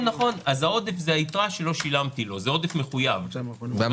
זו קרן שמטפלת אנחנו תומכים בבניית